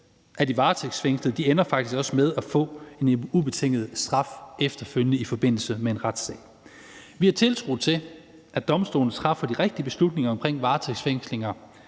af de varetægtsfængslede faktisk også ender med at få en ubetinget straf efterfølgende i forbindelse med en retssag. Vi har tiltro til, at domstolene træffer de rigtige beslutninger omkring varetægtsfængslinger,